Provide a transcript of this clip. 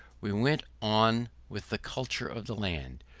we went on with the culture of the land.